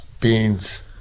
beans